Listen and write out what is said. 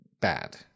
bad